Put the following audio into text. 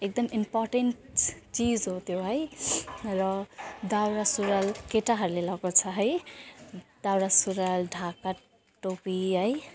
एकदम इम्पोर्टेन्ट स् चिज हो त्यो है र दौरा सुरुवाल केटाहरूले लगाउँछ है दौरा सुरुवाल ढाका टोपी है